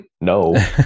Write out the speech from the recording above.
no